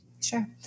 Sure